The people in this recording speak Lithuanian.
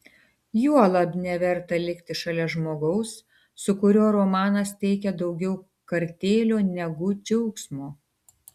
juolab neverta likti šalia žmogaus su kuriuo romanas teikia daugiau kartėlio negu džiaugsmo